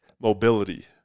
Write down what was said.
mobility